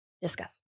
Discuss